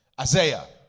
Isaiah